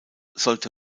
sollte